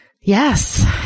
Yes